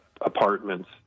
apartments